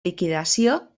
liquidació